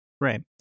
Right